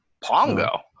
Pongo